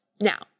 Now